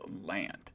land